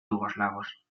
yugoslavos